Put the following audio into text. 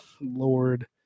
Lord